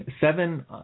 seven